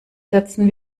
setzen